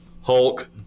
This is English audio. Hulk